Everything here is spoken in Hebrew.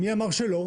מי אמר שלא?